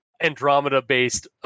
Andromeda-based